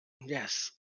Yes